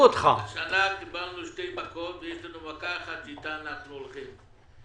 השנה קיבלנו שתי מכות ויש לנו מכה אחת אתה אנחנו הולכים.